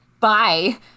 bye